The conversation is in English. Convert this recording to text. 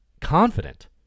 confident